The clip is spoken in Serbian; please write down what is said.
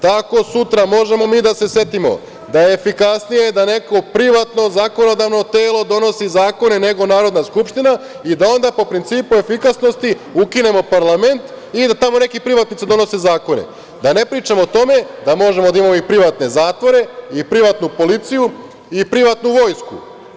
Tako sutra možemo mi da se setimo da je efikasnije da neko privatno zakonodavno telo donosi zakone nego Narodna skupština i da onda po principu efikasnosti ukinemo parlament i da tamo neki privatnici donose zakone, da ne pričamo o tome da možemo da imamo i privatne zatvore i privatnu policiju i privatnu vojsku.